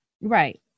Right